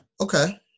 okay